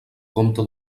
compte